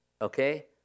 Okay